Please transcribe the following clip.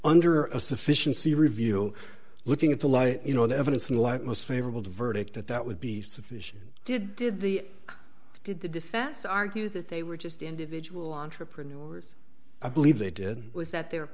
under a sufficiency review looking at the law you know the evidence in the light most favorable verdict that that would be sufficient did did the did the defense argue that they were just individual entrepreneurs i believe they did with that there